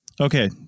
okay